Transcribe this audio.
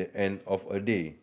the end of a day